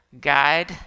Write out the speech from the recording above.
guide